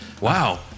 wow